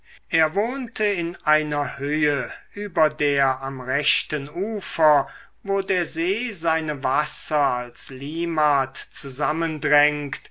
er wohnte in einer höhe über der am rechten ufer wo der see seine wasser als limmat zusammendrängt